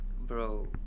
bro